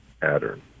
pattern